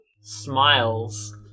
smiles